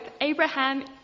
Abraham